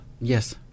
Yes